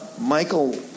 Michael